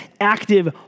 active